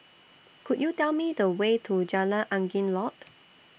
Could YOU Tell Me The Way to Jalan Angin Laut